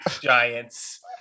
Giants